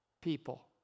people